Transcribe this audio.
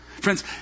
Friends